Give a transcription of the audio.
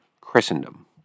Christendom